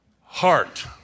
heart